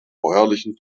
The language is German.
bäuerlichen